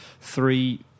three